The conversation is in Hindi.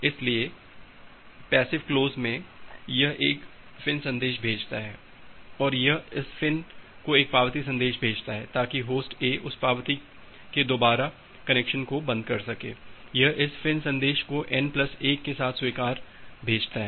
इसलिए पैसिव क्लोज में यह एक फ़िन् संदेश भेजता है और यह इस फ़िन् को एक पावती संदेश भेजता है ताकि होस्ट ए उस पावती के द्वारा कनेक्शन को बंद कर सके यह इस फ़िन् संदेश को n प्लस 1 के साथ स्वीकार भेजता है